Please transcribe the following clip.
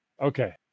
Okay